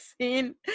seen